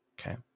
Okay